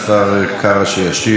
חבר הכנסת אורן אסף חזן.